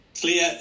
clear